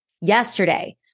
Yesterday